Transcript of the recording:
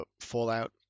fallout